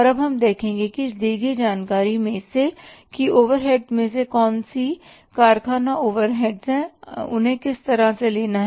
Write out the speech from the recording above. और अब हम देखेंगे कि इस दी गई जानकारी में से कि ओवरहेड्स में से कौन सी कारखाना ओवरहेड्स हैं और उन्हें किस तरह से लेना है